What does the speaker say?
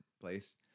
place